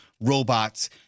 robots